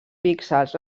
píxels